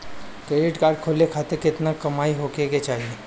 Credit card खोले खातिर केतना कमाई होखे के चाही?